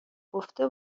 گفته